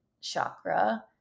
chakra